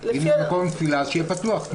קדימה, נמשיך.